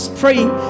praying